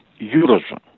Eurozone